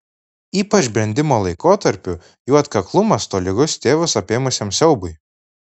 ypač brendimo laikotarpiu jų atkaklumas tolygus tėvus apėmusiam siaubui